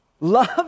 Love